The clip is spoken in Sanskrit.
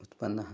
उत्पन्नः